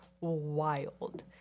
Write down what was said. wild